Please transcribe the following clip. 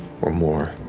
or more.